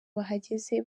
bahageze